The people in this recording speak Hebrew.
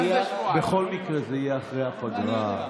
בכל מקרה זה יהיה אחרי הפגרה.